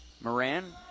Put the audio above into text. Moran